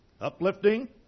uplifting